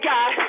God